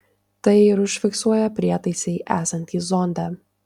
tai ir užfiksuoja prietaisai esantys zonde